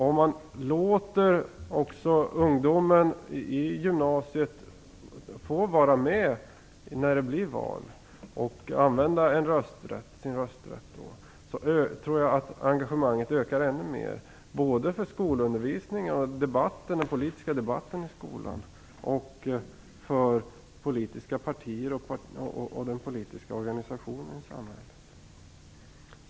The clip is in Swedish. Om man låter ungdomen i gymnasiet få vara med och använda sin rösträtt när det blir val tror jag att engagemanget ökar ännu mer, både för skolundervisningen, den politiska debatten i skolan, och för politiska partier och den politiska organisationen i samhället.